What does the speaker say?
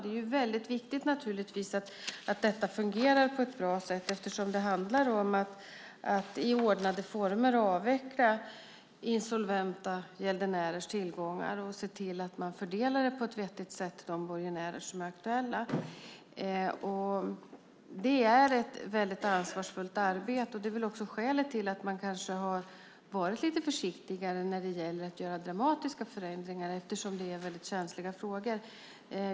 Det är naturligtvis väldigt viktigt att detta fungerar på ett bra sätt, eftersom det handlar om att i ordnade former avveckla insolventa gäldenärers tillgångar och se till att man fördelar dem på ett vettigt sätt till de borgenärer som är aktuella. Det är ett väldigt ansvarsfullt arbete. Det är väl också skälet till att man kanske har varit lite försiktigare när det gäller att göra dramatiska förändringar, eftersom det är väldigt känsliga frågor.